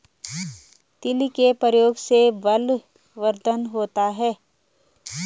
तिल के प्रयोग से बलवर्धन होता है